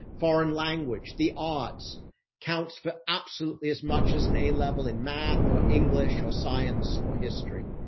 foreign language, the arts counts for absolutely as much as an, a level in math or english or science or history.